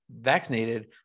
vaccinated